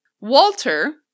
Walter